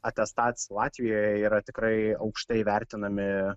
atestats latvijoje yra tikrai aukštai vertinami